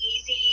easy